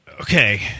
Okay